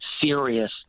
serious